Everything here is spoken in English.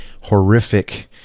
horrific